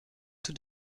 tout